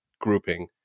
grouping